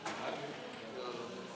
עוד יתהפכו עליהם.